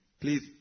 please